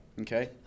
Okay